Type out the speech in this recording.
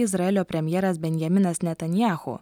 izraelio premjeras benjaminas netanjahu